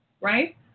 right